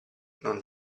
non